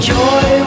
joy